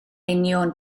union